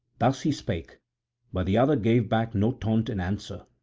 thus he spake but the other gave back no taunt in answer,